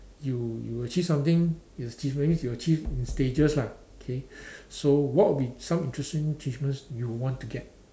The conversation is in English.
you you achieve something you achieve that means you achieve in stages lah okay so what would be some interesting achievements you will want to get